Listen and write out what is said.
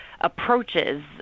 approaches